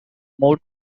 more